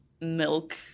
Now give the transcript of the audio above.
milk